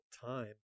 time